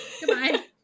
Goodbye